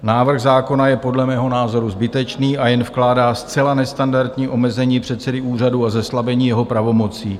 Návrh zákona je podle mého názoru zbytečný a jen vkládá zcela nestandardní omezení předsedy úřadu a zeslabení jeho pravomocí.